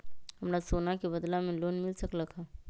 हमरा सोना के बदला में लोन मिल सकलक ह?